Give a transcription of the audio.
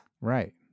right